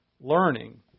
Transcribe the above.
learning